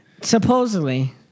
Supposedly